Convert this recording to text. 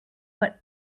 what